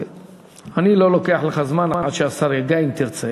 אני לא לוקח לך זמן עד שהשר יגיע, אם תרצה.